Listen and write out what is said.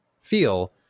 feel